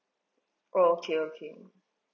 okay okay